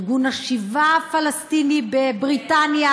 ארגון השיבה הפלסטיני בבריטניה,